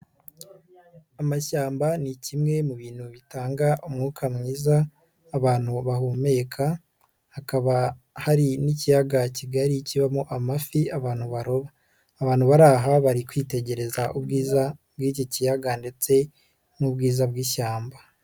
Amashyamba ni kimwe mu bintu bitanga umwuka mwiza abantu bahumeka hakaba hari n'ikiyaga kigari kibamo amafi abantu baroba abantu bari aha bari kwitegereza ubwiza bw'iki kiyaga ndetse n'ubwiza bw'ishyamba.